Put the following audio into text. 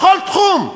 בכל תחום.